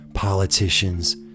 politicians